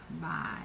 bye